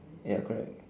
ya correct